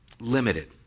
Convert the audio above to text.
limited